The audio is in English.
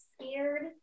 scared